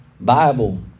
Bible